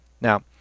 Now